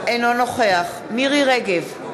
אינו נוכח מירי רגב,